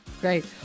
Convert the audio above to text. Great